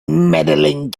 medaling